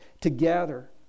together